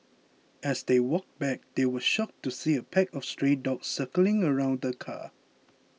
as they walked back they were shocked to see a pack of stray dogs circling around the car